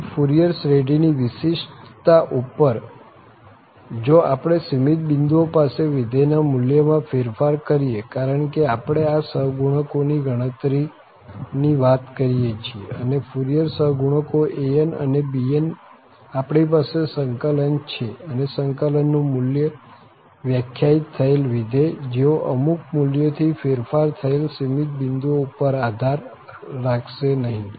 બીજુ ફુરિયર શ્રેઢીની વિશિષ્ટતા ઉપર જો આપણે સીમિત બિંદુઓ પાસે વિધેય ના મુલ્ય માં ફેરફાર કરીએ કારણ કે આપણે આ સહગુણકો ની ગણતરી ની વાત કરીએ છીએ અને ફુરિયર સહગુણકો an અને bn આપણી પાસે સંકલન છે અને સંકલનનું મુલ્ય વ્યખ્યાયિત થયેલા વિધેય જેઓ અમુક મુલ્યોથી ફેરફાર થયેલા સીમિત બિંદુઓ ઉપર આધાર રાખશે નહી